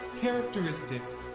Characteristics